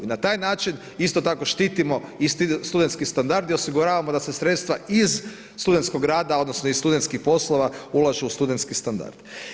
I na taj način isto tako štitimo i studentski standard i osiguravamo da se sredstva iz studenskog rada, odnosno iz studentskih poslova ulažu u studentski standard.